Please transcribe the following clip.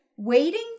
Waiting